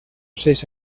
seis